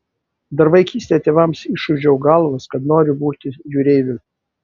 dar vaikystėje tėvams išūžiau galvas kad noriu būti jūreiviu